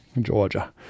Georgia